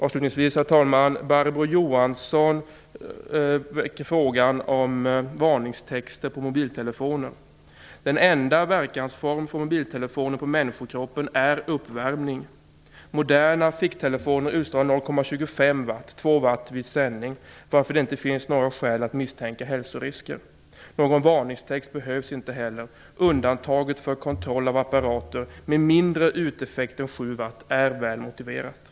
Avslutningsvis, herr talman, väcker Barbro Johansson frågan om varningstexter på mobiltelefoner. Den enda verkansform från mobiltelefoner på människokroppen är uppvärmning. Moderna ficktelefoner utstrålar 0,25 watt, 2 watt vid sändning, varför det inte finns några skäl att misstänka hälsorisker. Någon varningstext behövs inte heller. Undantaget för kontroll av apparater med mindre uteffekt än 7 watt är väl motiverat.